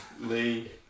Lee